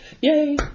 Yay